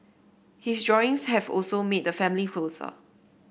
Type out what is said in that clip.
his drawings have also made the family closer